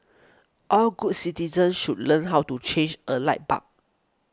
all good citizens should learn how to change a light bulb